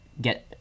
get